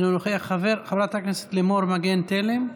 אינו נוכח, חברת הכנסת לימור מגן תלם,